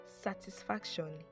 satisfaction